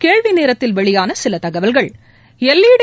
கேள்வி நேரத்தில் வெளியான சில தகவல்கள் எல்ஈடி